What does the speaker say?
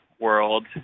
world